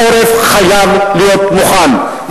העורף חייב להיות מוכן.